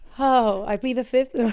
oh, i plead the fifth.